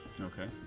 Okay